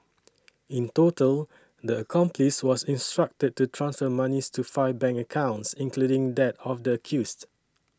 in total the accomplice was instructed to transfer monies to five bank accounts including that of the accused